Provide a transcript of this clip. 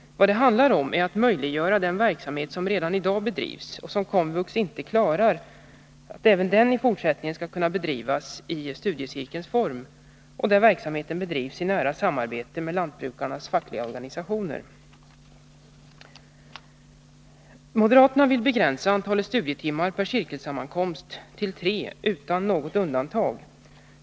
Vad det handlar om är att möjliggöra att den verksamhet som redan i dag bedrivs och som KOMVUX inte klarar även i fortsättningen skall kunna bedrivas i studiecirkelns form och i nära samarbete med lantbrukarnas fackliga organisationer. Moderaterna vill begränsa antalet studietimmar per cirkelsammankomst tilltre utan något undantag.